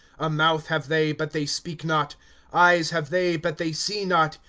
a mouth have they, but they speak not eyes have they, but they see not,